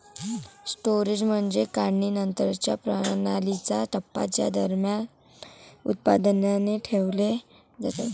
storage म्हणजे काढणीनंतरच्या प्रणालीचा टप्पा ज्या दरम्यान उत्पादने ठेवली जातात